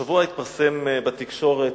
השבוע התפרסם בתקשורת,